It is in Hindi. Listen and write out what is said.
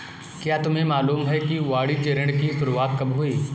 क्या तुम्हें मालूम है कि वाणिज्य ऋण की शुरुआत कब हुई?